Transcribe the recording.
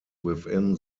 within